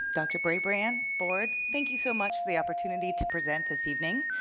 dr. brabrand, board, thank you so much for the opportunity to present this evening.